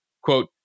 Quote